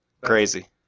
Crazy